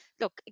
look